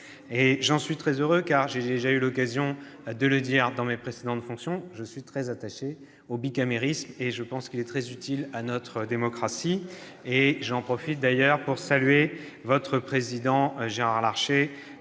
J'en suis très heureux, car, comme j'ai déjà eu l'occasion de le dire dans mes précédentes fonctions, je suis très attaché au bicamérisme, qui m'apparaît très utile à notre démocratie. J'en profite d'ailleurs pour saluer votre président, Gérard Larcher,